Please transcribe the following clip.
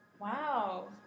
Wow